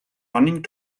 running